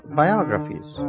biographies